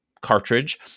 cartridge